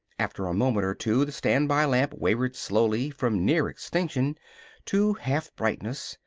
after a moment or two the standby lamp wavered slowly from near-extinction to half-brightness,